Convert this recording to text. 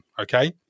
Okay